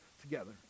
together